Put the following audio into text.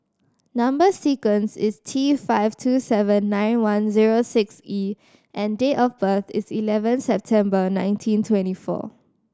number sequence is T five two seven nine one zero six E and date of birth is eleven September nineteen twenty four